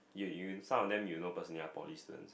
yeah you some of them you know personally are poly student